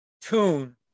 tune